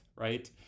Right